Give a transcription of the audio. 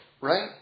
right